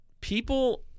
people